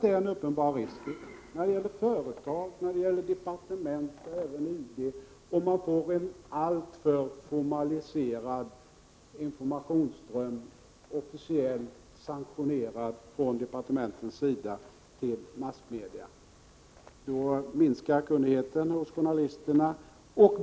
Det är en uppenbar risk när det gäller departementen —- även UD — att man får en alltför formaliserad informationsström officiellt sanktionerad från departementen till massmedia. Då minskar kunnigheten hos journalisterna.